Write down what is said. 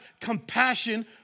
compassion